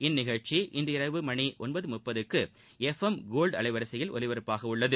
இந்நிகழ்ச்சி இன்று இரவு மணி ஒன்பது முப்பதுக்கு எஃப் எம் கோல்டு அலைவரிசையில் ஒலிபரப்பாகவுள்ளது